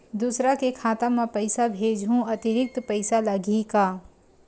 दूसरा के खाता म पईसा भेजहूँ अतिरिक्त पईसा लगही का?